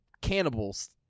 cannibals